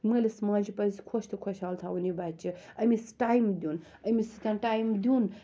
مٲلِس ماجہِ پَزِ خۄش تہٕ خۄشحال تھاوُن یہِ بَچہِ أمس ٹایم دِیُن أمِس سۭتۍ ٹایم دِیُن